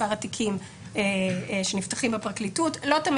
מספר התיקים שנפתחים בפרקליטות לא תמיד